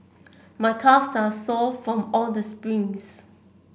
my calves are sore from all this sprints